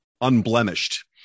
unblemished